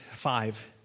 Five